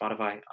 Spotify